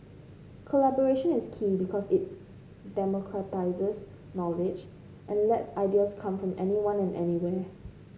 collaboration is key because it democratises knowledge and lets ideas come from anyone and anywhere